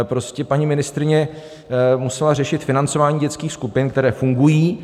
Prostě paní ministryně musela řešit financování dětských skupin, které fungují.